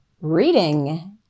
reading